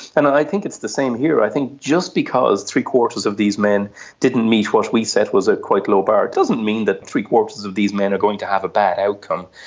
and i think it's the same here. i think just because three-quarters of these men didn't meet what we set as a quite low bar doesn't mean that three-quarters of these men are going to have a bad outcome.